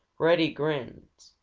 reddy grinned.